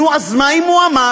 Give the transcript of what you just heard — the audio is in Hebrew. נו, אז מה אם הוא אמר?